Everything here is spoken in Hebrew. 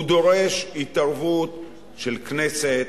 הוא דורש התערבות של כנסת,